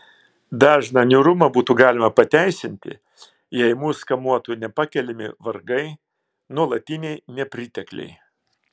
dažną niūrumą būtų galima pateisinti jei mus kamuotų nepakeliami vargai nuolatiniai nepritekliai